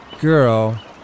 girl